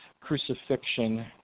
crucifixion